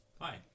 Hi